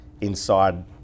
inside